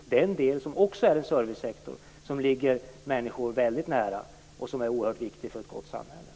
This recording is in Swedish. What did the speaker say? Det är en del som också är en servicesektor som ligger människor väldigt nära och som är oerhört viktig för ett gott samhälle.